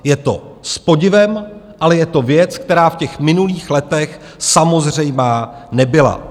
Je to s podivem, ale je to věc, která v těch minulých letech samozřejmá nebyla.